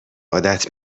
عادت